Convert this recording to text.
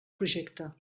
projecte